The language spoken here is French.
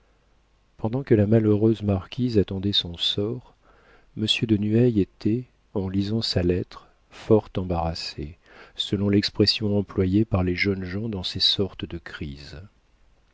pendant que la malheureuse marquise attendait son sort monsieur de nueil était en lisant sa lettre fort embarrassé selon l'expression employée par les jeunes gens dans ces sortes de crises